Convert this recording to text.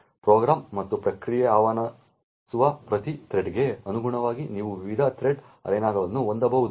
program ಮತ್ತು ಪ್ರಕ್ರಿಯೆಯು ಆಹ್ವಾನಿಸುವ ಪ್ರತಿ ಥ್ರೆಡ್ಗೆ ಅನುಗುಣವಾಗಿ ನೀವು ವಿವಿಧ ಥ್ರೆಡ್ ಅರೆನಾಗಳನ್ನು ಹೊಂದಬಹುದು